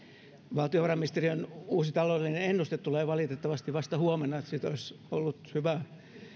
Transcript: valtiovarainministeriön uusi taloudellinen ennuste tulee valitettavasti vasta huomenna siitä olisi ollut hyvää